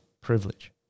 privilege